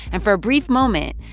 and for a brief moment,